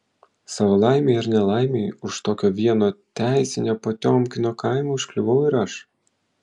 savo laimei ar nelaimei už tokio vieno teisinio potiomkino kaimo užkliuvau ir aš